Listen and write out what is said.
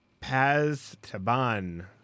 Paz-Taban